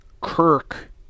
Kirk